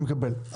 אני מקבל.